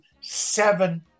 seven